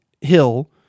Hill